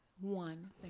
One